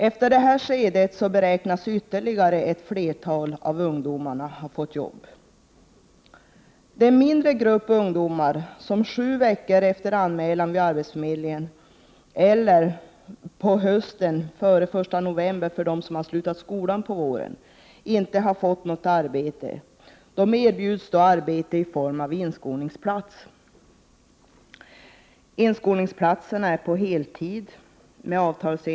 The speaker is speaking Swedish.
Man beräknar att ännu fler ungdomar har fått arbete efter detta skede. Den mindre grupp ungdomar som sju veckor efter anmälan till arbetsförmedlingen — eller för dem som slutat skolan på våren, före den 1 november på hösten — inte fått något arbete, erbjuds arbete i form av inskolningsplats.